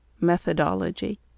methodology